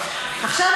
חיליק,